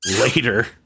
later